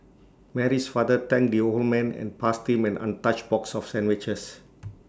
Mary's father thanked the old man and passed him an untouched box of sandwiches